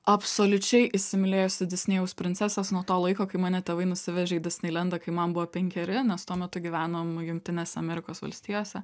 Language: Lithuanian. absoliučiai įsimylėjusi disnėjaus princeses nuo to laiko kai mane tėvai nusivežė į disneilendą kai man buvo penkeri nes tuo metu gyvenom jungtinėse amerikos valstijose